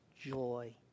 joy